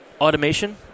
automation